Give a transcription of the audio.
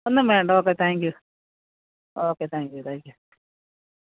ഒന്നും വേണ്ട okay thank you okay thank you thank U